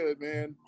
man